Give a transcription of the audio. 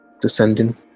descending